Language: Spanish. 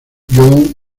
john